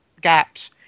gaps